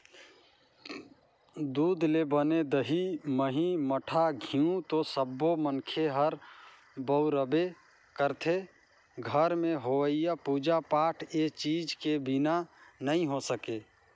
दूद ले बने दही, मही, मठा, घींव तो सब्बो मनखे ह बउरबे करथे, घर में होवईया पूजा पाठ ए चीज के बिना नइ हो सके